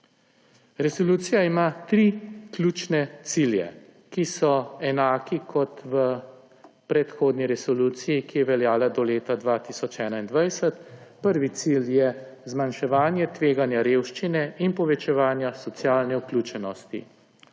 Resolucija ima tri ključne cilje, ki so enaki kot v predhodni resoluciji, ki je veljala do leta 2021. Prvi cilj je zmanjševanje tveganja revščine in povečevanje socialne vključenosti.